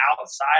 outside